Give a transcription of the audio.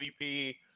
MVP